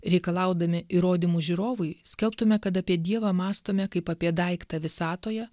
reikalaudami įrodymų žiūrovui skelbtume kad apie dievą mąstome kaip apie daiktą visatoje